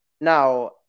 Now